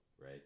right